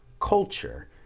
culture